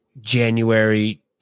January